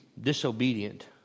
disobedient